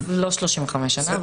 א', לא 35 שנה.